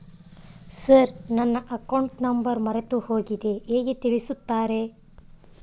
Sir ನನ್ನ account number ಮರೆತುಹೋಗಿದೆ ಹೇಗೆ ತಿಳಿಸುತ್ತಾರೆ?